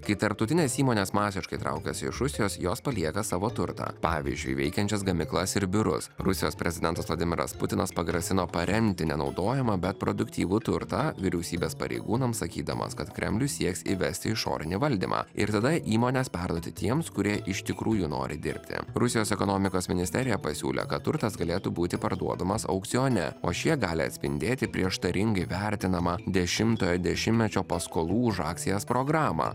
kai tarptautinės įmonės masiškai traukiasi iš rusijos jos palieka savo turtą pavyzdžiui veikiančias gamyklas ir biurus rusijos prezidentas vladimiras putinas pagrasino paremti nenaudojamą bet produktyvų turtą vyriausybės pareigūnams sakydamas kad kremlius sieks įvesti išorinį valdymą ir tada įmones perduoti tiems kurie iš tikrųjų nori dirbti rusijos ekonomikos ministerija pasiūlė kad turtas galėtų būti parduodamas aukcione o šie gali atspindėti prieštaringai vertinamą dešimtojo dešimtmečio paskolų už akcijas programą